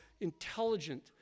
intelligent